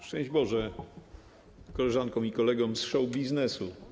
Szczęść Boże koleżankom i kolegom z show-biznesu!